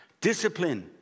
Discipline